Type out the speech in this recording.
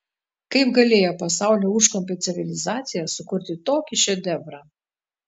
kaip galėjo pasaulio užkampio civilizacija sukurti tokį šedevrą